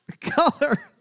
color